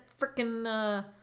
freaking